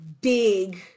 dig